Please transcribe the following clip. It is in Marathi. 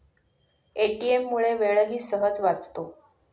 ए.टी.एम मुळे वेळही सहज वाचतो